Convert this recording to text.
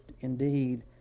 Indeed